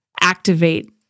activate